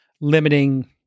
limiting